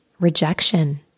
rejection